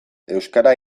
euskara